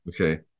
Okay